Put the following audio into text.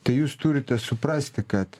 tai jūs turite suprasti kad